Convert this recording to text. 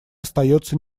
остается